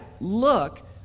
look